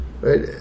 right